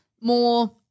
more